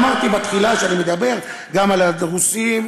אמרתי בתחילה שאני מדבר גם על הרוסים,